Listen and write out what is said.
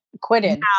Quitted